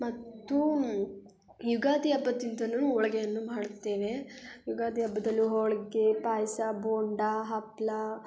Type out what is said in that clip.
ಮತ್ತು ಯುಗಾದಿ ಹಬ್ಬದಿಂದಲೂ ಹೋಳ್ಗೆಯನ್ನು ಮಾಡುತ್ತೇವೆ ಯುಗಾದಿ ಹಬ್ಬದಲ್ಲೂ ಹೋಳಿಗೆ ಪಾಯಸ ಬೋಂಡ ಹಪ್ಳ